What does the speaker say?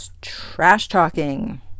trash-talking